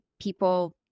people